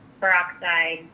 Peroxide